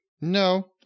no